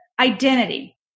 identity